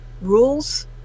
rules